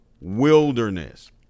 wilderness